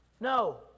No